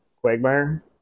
Quagmire